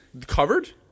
covered